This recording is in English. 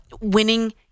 Winning